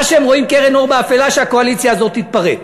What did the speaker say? מה שהם רואים כקרן אור באפלה: שהקואליציה הזאת תתפרק.